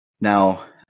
Now